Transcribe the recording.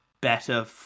better